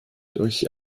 durch